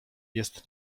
jest